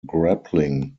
grappling